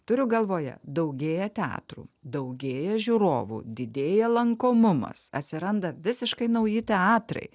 turiu galvoje daugėja teatrų daugėja žiūrovų didėja lankomumas atsiranda visiškai nauji teatrai